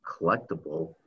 collectible